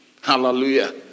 Hallelujah